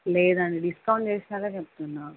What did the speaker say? లేదండి డిస్కౌంట్ చేసినాగా చెప్తున్నా